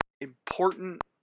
important